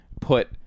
put